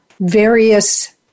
various